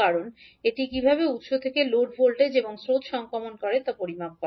কারণ এটি কীভাবে উত্স থেকে লোডে ভোল্টেজ এবং স্রোত সংক্রমণ করে তা পরিমাপ করে